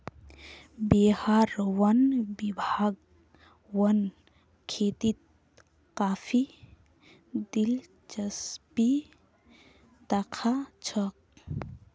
बिहार वन विभाग वन खेतीत काफी दिलचस्पी दखा छोक